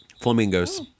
Flamingos